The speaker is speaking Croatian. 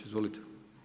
Izvolite.